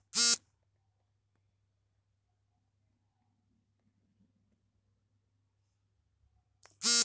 research entrepreneurship ನಲ್ಲಿ ಹೊಸಬಗೆಯ ಸಂಶೋಧನೆಗೆ ಅವಕಾಶಗಳಿವೆ